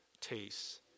taste